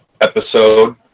episode